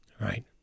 Right